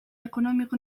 ekonomiko